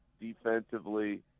defensively